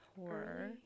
horror